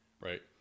Right